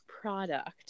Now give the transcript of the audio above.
product